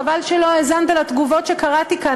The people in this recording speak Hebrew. חבל שלא האזנת לתגובות שקראתי כאן,